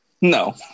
No